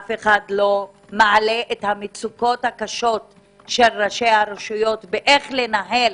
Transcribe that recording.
אף אחד לא מעלה את המצוקות הקשות של ראשי הרשויות באיך לנהל